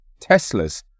Teslas